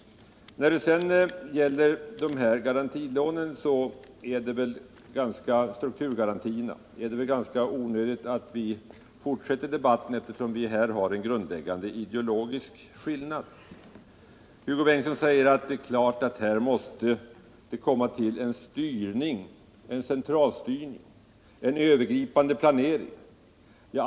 När det sedan gäller strukturgarantilånen är det väl ganska onödigt att vi fortsätter debatten, eftersom vi här har en grundläggande ideologisk skillnad. Hugo Bengtsson säger att det är klart att här måste komma till en centralstyrning, en övergripande planering.